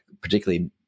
particularly